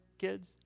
kids